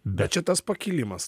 bet čia tas pakilimas